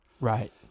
right